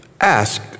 ask